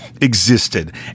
existed